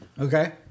Okay